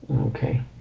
Okay